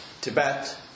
Tibet